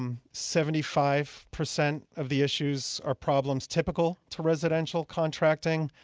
um seventy five percent of the issues are problems typical to residential contracting,